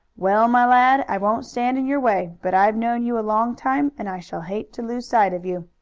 well, my lad, i won't stand in your way, but i've known you a long time, and i shall hate to lose sight of you.